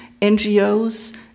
NGOs